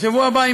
בשבוע הבא,